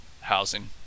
housing